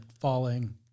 falling